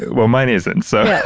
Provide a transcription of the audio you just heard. well, mine isn't, so.